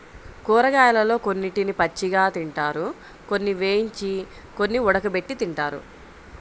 కూరగాయలలో కొన్నిటిని పచ్చిగా తింటారు, కొన్ని వేయించి, కొన్ని ఉడకబెట్టి తింటారు